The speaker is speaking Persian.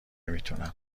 میتونم